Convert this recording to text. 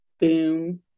boom